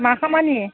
मा खामानि